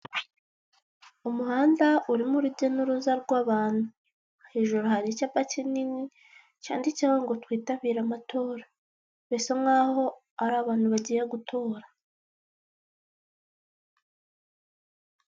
Umuhanda uri mo urujya n'uruza rw'abantu, hejuru hari icyapa kinini cyanditse ho ngo twitabire amatora bisa nk'aho ari abantu bagiye gutora.